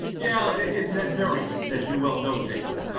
yeah, and that varies, as you well know, jason.